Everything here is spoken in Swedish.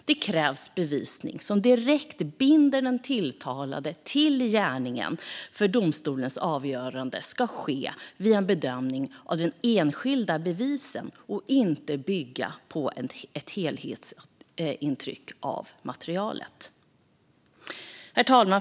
Det krävs bevisning som direkt binder den tilltalade till gärningen, för domstolens avgörande ska ske via en bedömning av de enskilda bevisen och inte bygga på ett helhetsintryck av materialet. Herr talman!